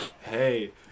hey